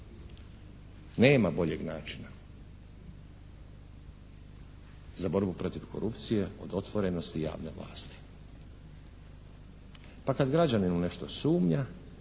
Nema boljeg načina za borbu protiv korupcije od otvorenosti javne vlasti. Pa kad građanin nešto sumnja,